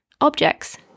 objects